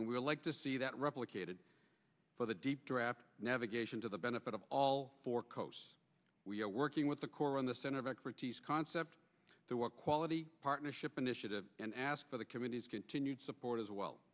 would like to see that replicated for the deep draft navigation to the benefit of all four coasts we are working with the core in the center of expertise concept the work quality partnership initiative and ask for the committee's continued support as well